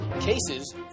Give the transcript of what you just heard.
cases